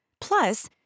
Plus